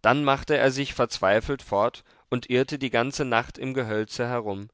dann machte er sich verzweifelt fort und irrte die ganze nacht im gehölze herum